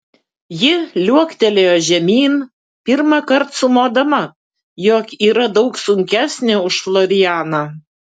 ji liuoktelėjo žemyn pirmąkart sumodama jog yra daug sunkesnė už florianą